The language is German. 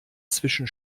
zwischen